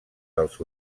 dels